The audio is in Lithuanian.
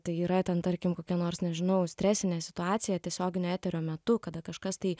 tai yra ten tarkim kokia nors nežinau stresinė situacija tiesioginio eterio metu kada kažkas tai